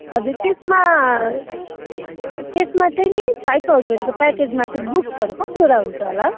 हजुर त्यसमा त्यसमा चाहिँ नि फाइभ थाउज्यान्डको प्याकेजमा चाहिँ बुक्सहरू कतिवटा हुन्छ होला